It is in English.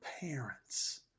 parents